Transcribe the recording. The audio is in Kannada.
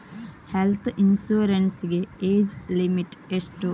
ಹೆಲ್ತ್ ಇನ್ಸೂರೆನ್ಸ್ ಗೆ ಏಜ್ ಲಿಮಿಟ್ ಎಷ್ಟು?